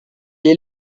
est